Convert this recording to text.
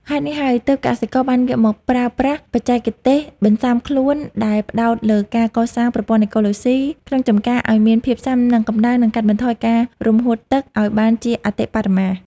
ហេតុនេះហើយ ទើបកសិករបានងាកមកប្រើប្រាស់បច្ចេកទេសបន្ស៊ាំខ្លួនដែលផ្ដោតលើការកសាងប្រព័ន្ធអេកូឡូស៊ីក្នុងចម្ការឱ្យមានភាពស៊ាំនឹងកម្ដៅ និងកាត់បន្ថយការរំហួតទឹកឱ្យបានជាអតិបរមា។